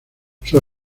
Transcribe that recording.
sus